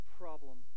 problem